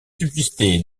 subsister